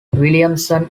williamson